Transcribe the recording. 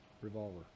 revolver